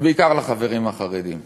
בעיקר לחברים החרדים: